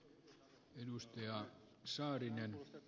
arvoisa herra puhemies